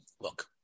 Look